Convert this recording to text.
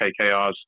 KKRs